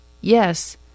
Yes